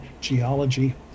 geology